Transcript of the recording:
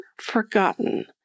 forgotten